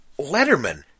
Letterman